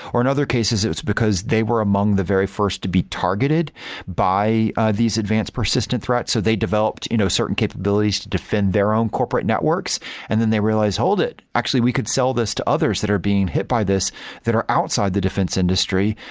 or in other cases it's because they were among the very first to be targeted by these advanced persistent threats, so they developed you know certain capabilities to defend their own corporate networks and then they realize, hold it! actually, we could sell this to others that are being hit by this that are outside the defense industry,